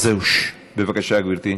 בבקשה, גברתי.